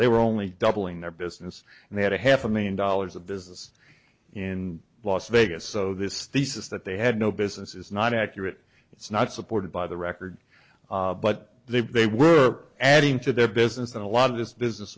they were only doubling their business and they had a half a million dollars of business in las vegas so this the sense that they had no business is not accurate it's not supported by the record but they were adding to the business and a lot of this business